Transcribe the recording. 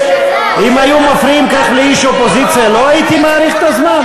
אם היו מפריעים כך לאיש אופוזיציה לא הייתי מאריך את הזמן?